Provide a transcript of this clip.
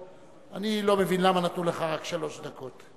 אני לא מבין למה נתנו לך רק שלוש דקות.